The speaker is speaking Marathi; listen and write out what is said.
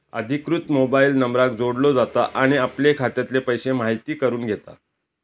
अधिकृत मोबाईल नंबराक जोडलो जाता आणि आपले खात्यातले पैशे म्हायती करून घेता